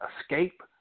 escape